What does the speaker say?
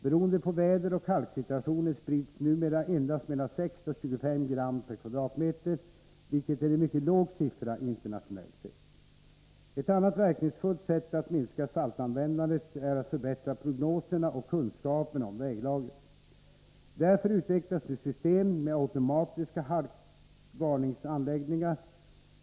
Beroende på väderoch halksituationen sprids numera endast mellan 6 och 25 g/m?, vilket är en mycket låg siffra internationellt sett. Ett annat verkningsfullt sätt att minska saltanvändandet är att förbättra prognoserna och kunskaperna om väglaget. Därför utvecklas nu system med automatiska halkvarningsanläggningar.